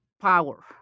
power